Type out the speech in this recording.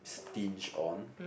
stinge on